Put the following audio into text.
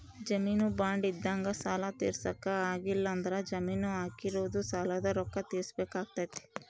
ಜಾಮೀನು ಬಾಂಡ್ ಇದ್ದಂಗ ಸಾಲ ತೀರ್ಸಕ ಆಗ್ಲಿಲ್ಲಂದ್ರ ಜಾಮೀನು ಹಾಕಿದೊರು ಸಾಲದ ರೊಕ್ಕ ತೀರ್ಸಬೆಕಾತತೆ